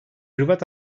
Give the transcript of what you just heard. hırvat